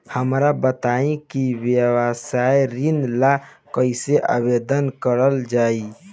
हमरा बताई कि व्यवसाय ऋण ला कइसे आवेदन करल जाई?